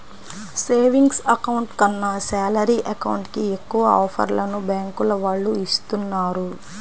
savings account కన్నా salary account కి ఎక్కువ ఆఫర్లను బ్యాంకుల వాళ్ళు ఇస్తున్నారు